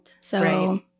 So-